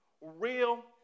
real